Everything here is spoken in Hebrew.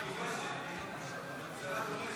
זה לא יכול